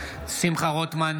שמחה רוטמן,